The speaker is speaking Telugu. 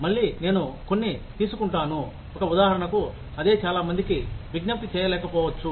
మళ్ళీ నేను కొన్ని తీసుకుంటాను ఒక ఉదాహరణకు అదే చాలామందికి విజ్ఞప్తి చేయలేకపోవచ్చు